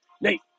Nate